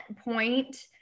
point